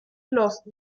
los